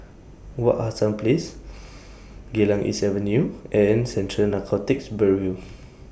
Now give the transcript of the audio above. Wak Hassan Place Geylang East Avenue and Central Narcotics Bureau